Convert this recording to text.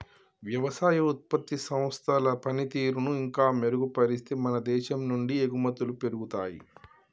వ్యవసాయ ఉత్పత్తి సంస్థల పనితీరును ఇంకా మెరుగుపరిస్తే మన దేశం నుండి ఎగుమతులు పెరుగుతాయి